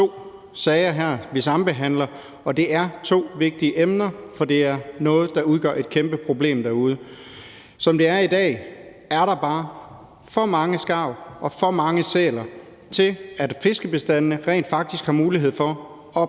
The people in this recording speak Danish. sager, vi sambehandler her. Det er to vigtige emner, for det er noget, der udgør et kæmpe problem derude. Som det er i dag, er der bare for mange skarve og for mange sæler til, at fiskebestandene rent faktisk har mulighed for at